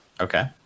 Okay